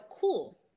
cool